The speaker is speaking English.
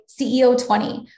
CEO20